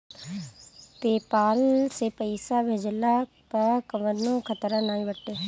PayPal से पईसा भेजला पअ कवनो खतरा नाइ बाटे